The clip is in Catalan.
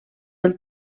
del